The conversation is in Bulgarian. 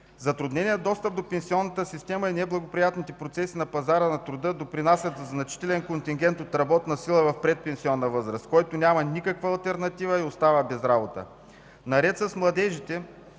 Затрудненият достъп до пенсионната система и неблагоприятните процеси на пазара на труда допринасят за значителен контингент от работна сила в предпенсионна възраст, който няма никаква алтернатива и остава без работа. Наред с младежите,